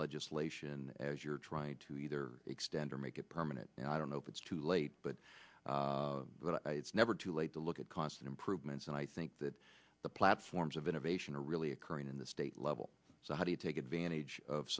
legislation as you're trying to either extend or make it permanent you know i don't know if it's too late but it's never too late to look at constant improvements and i think that the platforms of innovation are really occurring in the state level so how do you take advantage of